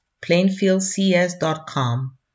plainfieldcs.com